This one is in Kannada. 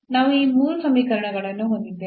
ನಾವು ಈ ಮೂರು ಸಮೀಕರಣಗಳನ್ನು ಹೊಂದಿದ್ದೇವೆ